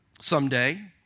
someday